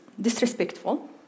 disrespectful